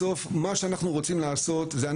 בסוף מה שאנחנו רוצים לעשות זה,